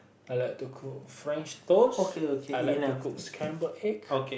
I like to cook french toast I like to cook scramble egg